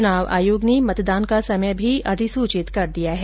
चुनाव आयोग ने मतदान का समय भी अधिसूचित कर दिया है